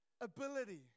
ability